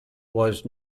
was